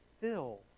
fill